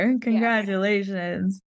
Congratulations